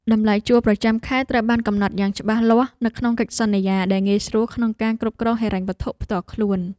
តម្លៃជួលប្រចាំខែត្រូវបានកំណត់យ៉ាងច្បាស់លាស់នៅក្នុងកិច្ចសន្យា ដែលងាយស្រួលក្នុងការគ្រប់គ្រងហិរញ្ញវត្ថុផ្ទាល់ខ្លួន។